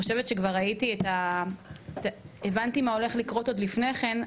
אני חושבת שכבר הבנתי מה הולך לקרות עוד לפני כן,